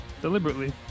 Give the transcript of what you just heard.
Deliberately